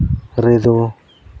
ᱨᱮᱫᱚ